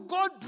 God